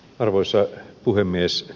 arvoisa puhemies